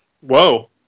Whoa